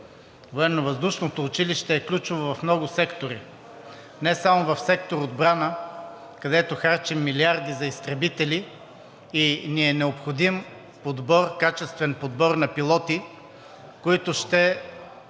училище е ключово в много сектори, не само в сектор „Отбрана“, където харчим милиарди за изтребители и ни е необходим качествен подбор на пилоти, които ще